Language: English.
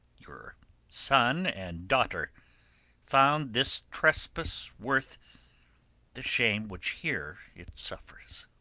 your son and daughter found this trespass worth the shame which here it suffers.